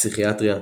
פסיכיאטריה